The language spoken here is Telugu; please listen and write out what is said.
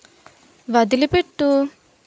వదిలిపెట్టు